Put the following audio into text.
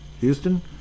Houston